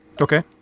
Okay